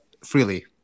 freely